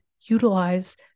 utilize